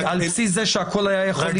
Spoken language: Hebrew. לפי זה שהכול היה יכול להיפתר ב-2016?